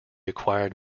acquired